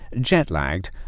jet-lagged